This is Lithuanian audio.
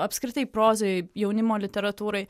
apskritai prozoj jaunimo literatūroj